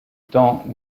temps